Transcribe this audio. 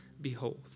Behold